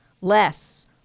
less